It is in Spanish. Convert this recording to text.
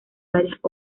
varias